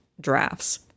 drafts